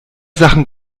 sachen